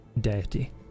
deity